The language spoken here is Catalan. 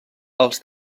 els